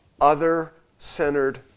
other-centered